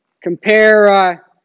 Compare